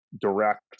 direct